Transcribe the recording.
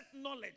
knowledge